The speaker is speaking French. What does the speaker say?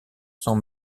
sont